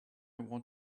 want